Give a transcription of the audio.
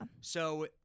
So-